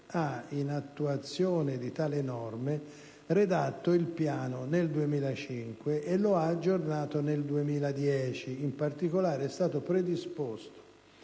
ha, in attuazione di tali norme, redatto il piano nel 2005 e lo ha aggiornato nel 2010. In particolare, è stato predisposto,